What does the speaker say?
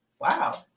Wow